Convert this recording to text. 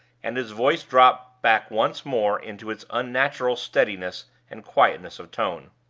and his voice dropped back once more into its unnatural steadiness and quietness of tone.